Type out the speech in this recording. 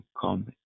Come